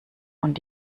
und